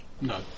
No